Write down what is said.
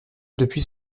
depuis